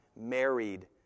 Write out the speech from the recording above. married